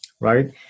right